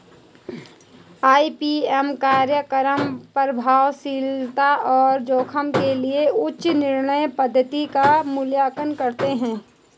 IPM कार्यक्रम प्रभावशीलता और जोखिम के लिए उचित नियंत्रण पद्धति का मूल्यांकन करते हैं